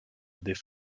des